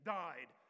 died